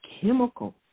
chemical